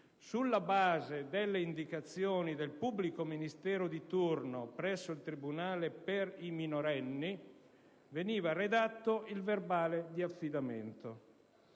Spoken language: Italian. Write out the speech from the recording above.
sulla base delle indicazioni del pubblico ministero di turno presso il tribunale per i minorenni, veniva redatto il verbale di affidamento.